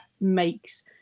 makes